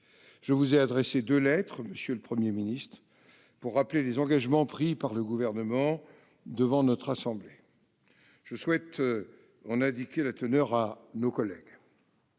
Je vous ai adressé deux lettres, monsieur le Premier ministre, pour rappeler les engagements pris par le Gouvernement devant notre assemblée. Je souhaite en indiquer la teneur à nos collègues.